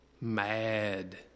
Mad